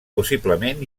possiblement